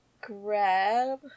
grab